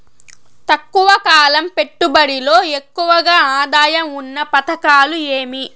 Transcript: తక్కువ కాలం పెట్టుబడిలో ఎక్కువగా ఆదాయం ఉన్న పథకాలు ఏమి?